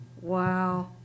Wow